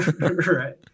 Right